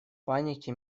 панике